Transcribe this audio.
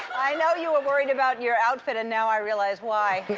i know you are worried about your outfit, and now i realize why.